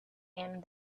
and